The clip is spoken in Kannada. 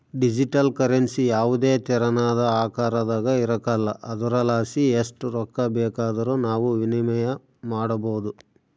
ಡಿಜಿಟಲ್ ಕರೆನ್ಸಿ ಯಾವುದೇ ತೆರನಾದ ಆಕಾರದಾಗ ಇರಕಲ್ಲ ಆದುರಲಾಸಿ ಎಸ್ಟ್ ರೊಕ್ಕ ಬೇಕಾದರೂ ನಾವು ವಿನಿಮಯ ಮಾಡಬೋದು